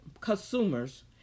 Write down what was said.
consumers